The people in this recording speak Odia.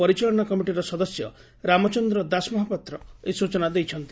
ପରିଚାଳନା କମିଟିର ସଦସ୍ୟ ଶ୍ରୀ ରାମଚନ୍ଦ୍ର ଦାସ ମହାପାତ୍ର ଏହି ସ୍ୱଚନା ଦେଇଛନ୍ତି